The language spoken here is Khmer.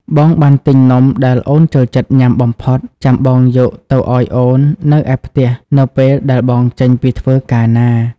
បងបានទិញនំដែលអូនចូលចិត្តញ៉ាំបំផុត ចាំបងយកទៅឱ្យអូននៅឯផ្ទះនៅពេលដែលបងចេញពីធ្វើការណា។